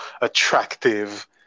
attractive